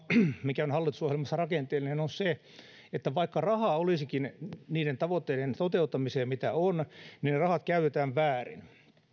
mikä on hallitusohjelmassa rakenteellinen on se että vaikka rahaa olisikin niiden tavoitteiden toteuttamiseen mitä on niin ne rahat käytetään väärin